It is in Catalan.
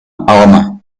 home